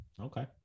Okay